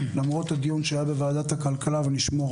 למרות הדיון שהיה בוועדת הכלכלה ונשמעו